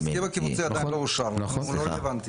ההסכם הקיבוצי עדיין לא אושר, הוא לא רלוונטי.